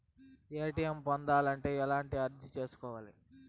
ATM పొందాలంటే ఎలా అర్జీ సేసుకోవాలి?